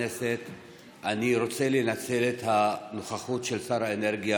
אני רוצה לנצל את הנוכחות של שר האנרגיה